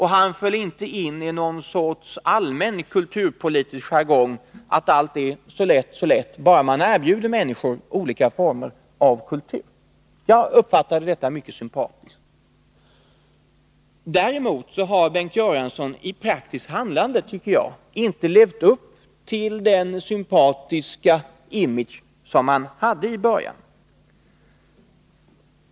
Han föll inte in i någon sorts allmän kulturpolitisk jargong, att allt är så lätt, så lätt, bara man erbjuder människor olika former av kultur. Jag uppfattade detta som mycket sympatiskt. Däremot har Bengt Göransson, tycker jag, i praktiskt handlande inte levt upp till den sympatiska image som han hade i början.